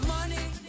Money